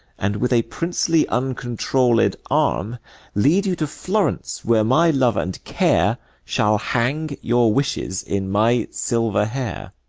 and with a princely uncontrolled arm lead you to florence, where my love and care shall hang your wishes in my silver hair.